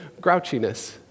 grouchiness